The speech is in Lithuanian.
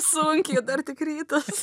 sunkiai dar tik rytas